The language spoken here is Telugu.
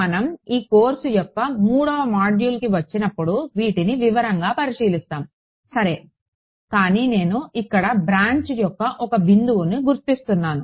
మనం ఈ కోర్సు యొక్క మూడవ మాడ్యూల్కి వచ్చినప్పుడు వీటిని వివరంగా పరిశీలిస్తాము సరే కానీ నేను ఇక్కడ బ్రాంచ్ యొక్క ఒక బిందువును గుర్తిస్తున్నాను